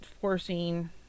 forcing